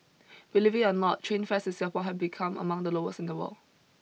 believe it or not train fares in Singapore have become among the lowest in the world